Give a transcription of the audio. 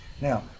Now